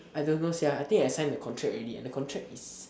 I don't know sia I think I signed the contract already and the contract is